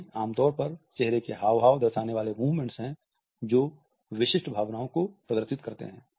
ये आमतौर पर चेहरे के हावभाव दर्वेशाने वाले वे मूवमेंट्स हैं जो विशिष्ट भावनाओं को प्रदर्शित करते हैं